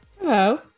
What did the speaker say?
Hello